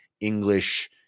English